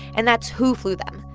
and that's who flew them.